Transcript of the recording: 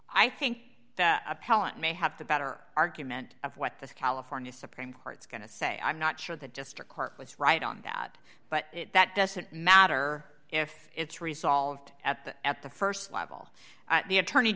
i think that appellant may have to better argument of what the california supreme court's going to say i'm not sure that district court was right on that but that doesn't matter if it's resolved at the at the st level the attorney